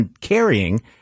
carrying